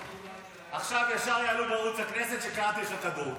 עכשיו ישר יעלו בערוץ הכנסת שקראתי לך כדור.